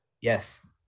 Yes